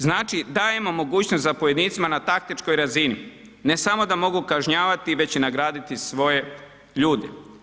Znači dajemo mogućnost zapovjednicima na taktičkoj razini, ne samo da mogu kažnjavati već i nagraditi svoje ljude.